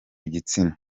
igitsina